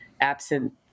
absent